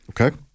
Okay